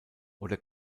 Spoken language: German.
oder